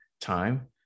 time